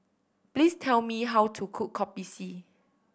please tell me how to cook Kopi C